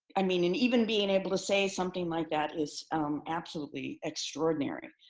i mean, and even being able to say something like that is absolutely extraordinary.